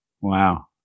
Wow